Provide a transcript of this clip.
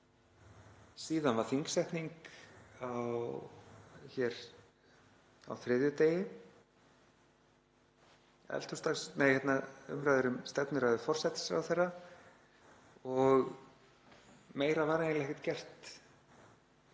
Síðan var þingsetning á þriðjudegi, umræður um stefnuræðu forsætisráðherra og meira var eiginlega ekkert gert